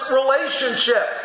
relationship